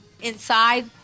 inside